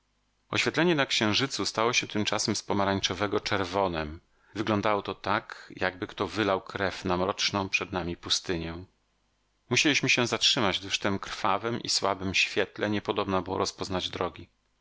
oświetlenie na księżycu stało się tymczasem z pomarańczowego czerwonem wyglądało to tak jakby kto wylał krew na mroczną przed nami pustynię musieliśmy się zatrzymać gdyż w tem krwawem i słabem świetle niepodobna było rozpoznać drogi